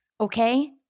Okay